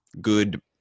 good